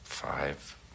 Five